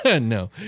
No